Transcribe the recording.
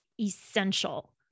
Essential